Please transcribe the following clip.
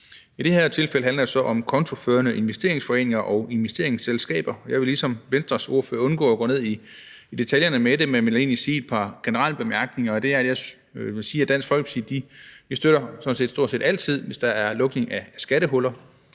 I det her tilfælde handler det så om kontoførende investeringsforeninger og investeringsselskaber, og jeg vil ligesom Venstres ordfører undgå at gå ned i detaljerne med det, men vil egentlig sige et par generelle bemærkninger, og det er, at vi i Dansk Folkeparti sådan set stort set altid støtter, hvis der er lukning af skattehuller.